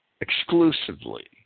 exclusively